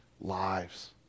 lives